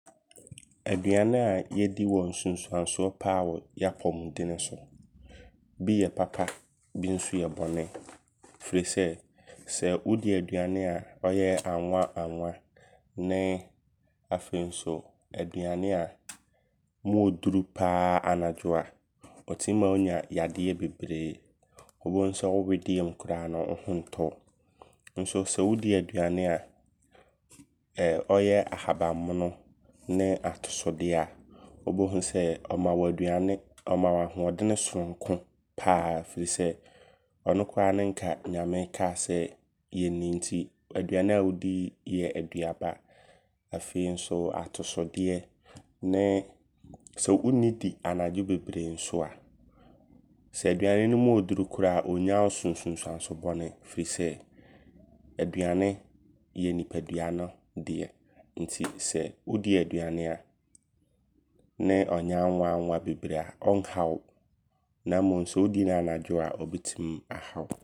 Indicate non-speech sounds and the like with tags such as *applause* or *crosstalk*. Aduane a yɛdi wɔ nsunsuansoɔ paa wɔ yɛapɔmudene so. Bi yɛ papa. *noise* Bi nso yɛ bɔne. Firi sɛ wodi aduane a ɔyɛ anwa ne afei nso aduane a mu oduru paa anadwo a ɔtim ma wo nya yadeɛ bebree. Wobɛhu sɛ wo wedeɛ mu koraa no wo ho ntɔ wo. Nso sɛ wodi aduane a ɛɛ ɔyɛ Ahabanmono ne atosodeɛ a wobɛhu sɛ wo aduane ɔma wo ahoɔdene sononko paa. Firi sɛ, ɔno koraa ne nka Nyame kaa sɛ yɛnni. Nti aduane a wodi yɛ aduaba. Afei nso atosodeɛ. Ne sɛ wonnidi anadwo bebree nso a, sɛ aduane no mu ɔɔduru koraa a ɔnnya wo so nsunsuansoɔ bɔne. Firi sɛ, aduane yɛ nnipadua no deɛ. Nti sɛ wodi aduane a, ne ɔnyɛ anwa anwa bebree a ɔnhwa wo. Na mmom sɛ wodi no anadwo a ɔbɛtim aha wo.